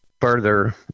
further